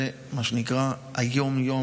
זה מה שנקרא היום-יום,